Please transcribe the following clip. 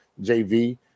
JV